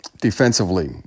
defensively